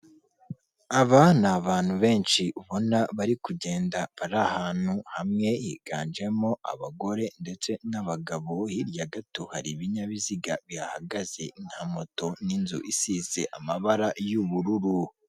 Aba ni abantu benshi ubona bari kugenda bari ahantu hamwe, higanjemo abagore ndetse n'abagabo, hirya gato hari ibinyabiziga bihagaze nka moto, n'inzu isize amabara y'ubururu.